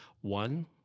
One